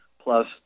plus